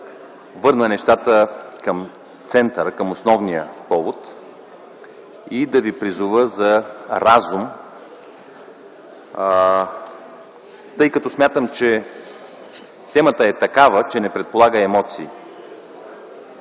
върна нещата към центъра, към основния повод и да ви призова за разум. Смятам, темата е такава, че не предполага емоции.